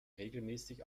regelmäßig